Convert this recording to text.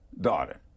daughter